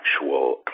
actual